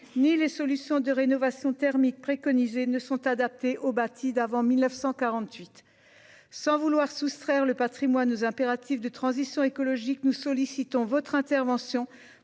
ni les solutions de rénovation thermique préconisées ne sont adaptées au bâti d'avant 1948 sans vouloir soustraire le Patrimoine aux impératifs de transition écologique, nous sollicitons votre intervention